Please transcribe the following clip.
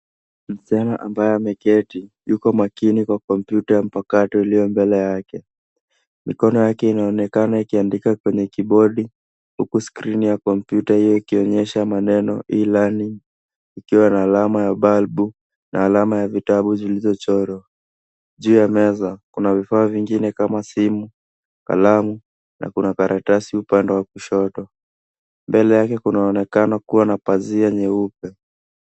Msichana ambaye ameketi, yuko makini kwa kompyuta mpakato iliyo mbele yake. Mkono yake inaonekana ikiandika kwenye keyboadi huku screen ikionyesga maneno ikiwa na balbu. Juu ya meza, kuna vifaa vingine kama simu, kalamu na kuna karatasi upande wa kushoto . Mbele yake kunaonekana kuwa na pazia nyeupe.